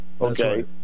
Okay